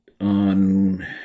on